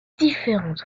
différentes